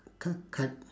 c~ c~